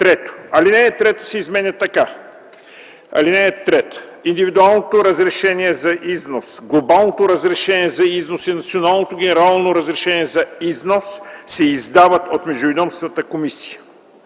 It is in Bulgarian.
Алинея 3 се изменя така: „(3) Индивидуалното разрешение за износ, глобалното разрешение за износ и националното генерално разрешение за износ се издават от Междуведомствената комисия.”